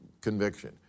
conviction